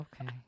Okay